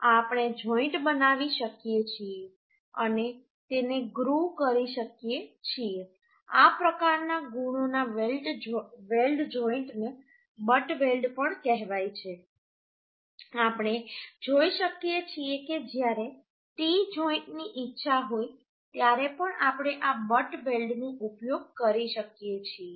આ આપણે જોઈન્ટ બનાવી શકીએ છીએ અને તેને ગ્રુવ કરી શકીએ છીએ આ પ્રકારના ગુણોના વેલ્ડ જોઈન્ટને બટ વેલ્ડ પણ કહેવાય છે આપણે જોઈ શકીએ છીએ કે જ્યારે ટી જોઈન્ટની ઈચ્છા હોય ત્યારે પણ આપણે આ બટ વેલ્ડનો ઉપયોગ કરી શકીએ છીએ